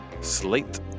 slate